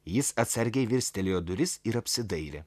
jis atsargiai virstelėjo duris ir apsidairė